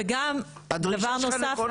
דבר נוסף,